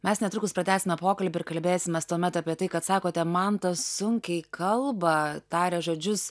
mes netrukus pratęsime pokalbį ir kalbėsimės tuomet apie tai kad sakote mantas sunkiai kalba taria žodžius